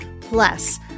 Plus